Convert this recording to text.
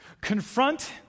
confront